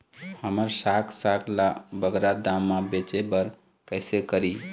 हमर साग साग ला बगरा दाम मा बेचे बर कइसे करी?